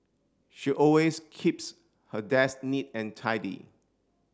she always keeps her desk neat and tidy